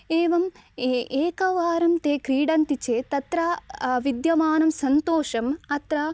एवम् ए एकवारं ते क्रीडन्ति चेत् तत्र विद्यमानः सन्तोषः अत्र